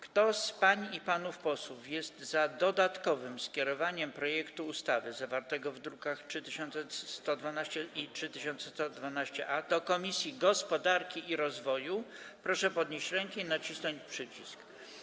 Kto z pań i panów posłów jest za dodatkowym skierowaniem projektu ustawy, zawartego w drukach nr 3112 i 3112-A, do Komisji Gospodarki i Rozwoju, proszę podnieść rękę i nacisnąć przycisk.